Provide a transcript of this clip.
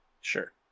sure